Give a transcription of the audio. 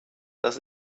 das